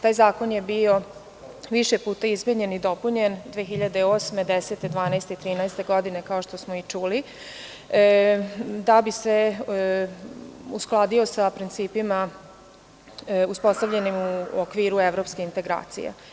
Taj zakon je bio više puta izmenjen i dopunjen, 2008, 2010, 2012. i 2013. godine, kao što smo i čuli, da bi se uskladio sa principima uspostavljenim u okviru evropskih integracija.